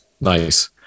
Nice